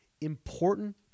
important